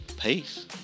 peace